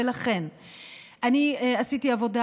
עשיתי עבודה,